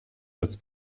als